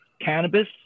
cannabis